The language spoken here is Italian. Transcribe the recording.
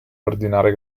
ordinare